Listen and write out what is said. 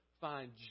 find